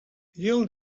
yield